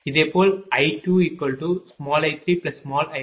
எனவே I10